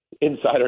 insider